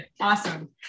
Awesome